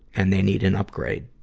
and they need an upgrade.